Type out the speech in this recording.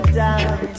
down